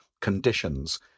conditions